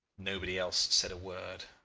nobody else said a word.